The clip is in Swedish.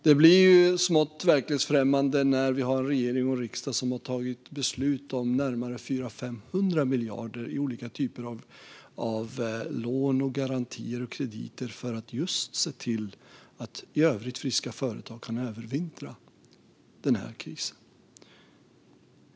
Det blir smått verklighetsfrämmande när vi har en regering och en riksdag som har tagit beslut om närmare 400-500 miljarder i olika typer av lån, garantier och krediter just för att se till att i övrigt friska företag kan övervintra den här krisen.